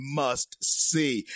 must-see